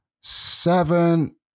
seven